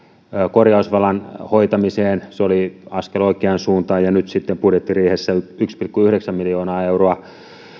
korjausvelan hoitamiseen se oli askel oikeaan suuntaan ja nyt sitten budjettiriihessä saatiin yksi pilkku yhdeksän miljoonaa euroa